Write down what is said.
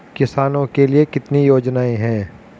किसानों के लिए कितनी योजनाएं हैं?